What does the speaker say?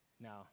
Now